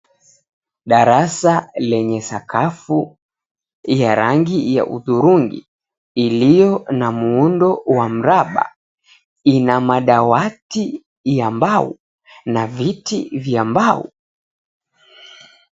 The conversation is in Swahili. Darasa lenye sakafu ya rangi ya hudhurungi ilio na muundo wa mraba ina madawati ya mbao na viti vya mbao.